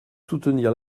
soutenir